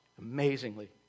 amazingly